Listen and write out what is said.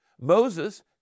Moses